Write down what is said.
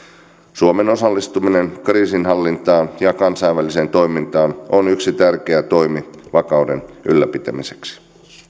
suomen osallistuminen kriisinhallintaan ja kansainväliseen toimintaan on yksi tärkeä toimi vakauden ylläpitämiseksi